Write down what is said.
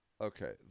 Okay